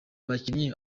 bakinnyi